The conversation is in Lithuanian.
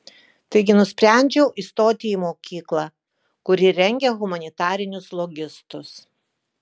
taigi nusprendžiau įstoti į mokyklą kuri rengia humanitarinius logistus